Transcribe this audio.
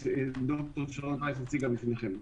שד"ר שרון פרייס הציגה בפניכם.